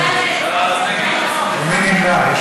מי נגד ומי נמנע.